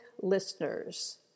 listeners